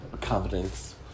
confidence